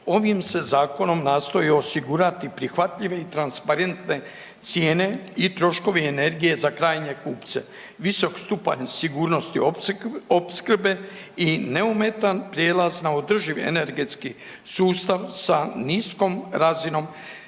ovim se Zakonom nastoji osigurati prihvatljive i transparentne cijene i troškovi energije za krajnje kupce. Visok stupanj sigurnosti opskrbe i neometan prijelaz na održiv energetski sustav sa niskom razinom